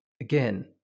again